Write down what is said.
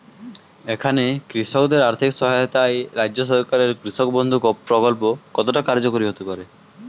এখানে কৃষকদের আর্থিক সহায়তায় রাজ্য সরকারের কৃষক বন্ধু প্রক্ল্প কতটা কার্যকরী হতে পারে?